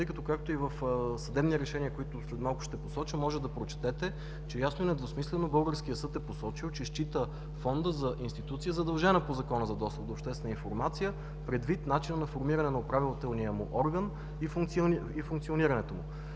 тъй като, както и в съдебните решения, които след малко ще посоча, може да прочетете, че ясно и недвусмислено българският съд е казал, че счита Фонда за институция, задължена по Закона за достъп до обществена информация, предвид начина на формиране на управителния му орган и функционирането му.